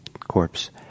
corpse